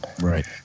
Right